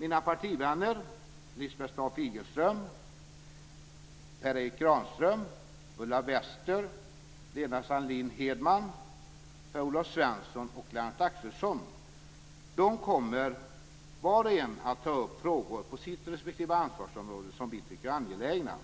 Mina partivänner Lisbeth Staaf-Igelström, Per Erik Granström, Ulla Wester, Lena Sandlin-Hedman, Per-Olof Svensson och Lennart Axelsson kommer var och en att ta upp frågor på sitt respektive ansvarsområde som vi tycker är angelägna.